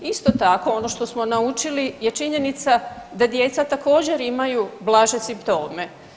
Isto tako ono što smo naučili je činjenica da djeca također imaju blaže simptome.